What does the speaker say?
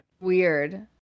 Weird